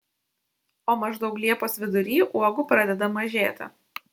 o maždaug liepos vidury uogų pradeda mažėti